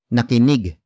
Nakinig